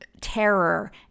terror